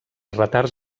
retards